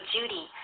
Judy